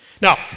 Now